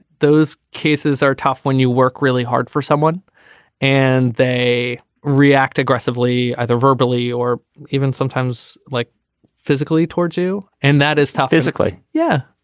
those cases are tough when you work really hard for someone and they react aggressively either verbally or even sometimes like physically towards you. and that is tough physically. yeah.